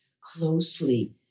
closely